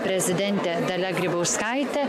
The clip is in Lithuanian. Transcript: prezidentė dalia grybauskaitė